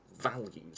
values